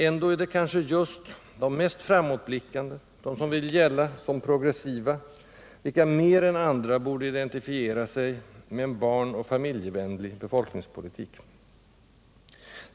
Ändå är det kanske just de mest framåtblickande, de som vill gälla som progressiva, vilka mer än andra borde identifiera sig med en barnoch familjevänlig befolkningspolitik.